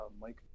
Mike